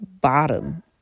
bottom